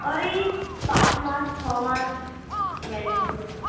ওই পাঁচ মাস ছ মাস গ্যারান্টি আছে